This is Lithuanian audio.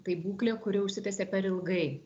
tai būklė kuri užsitęsė per ilgai